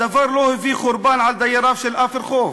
הדבר לא הביא חורבן על דייריו של אף רחוב.